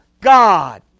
God